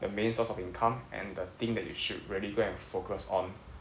the main source of income and the thing that you should really go and focus on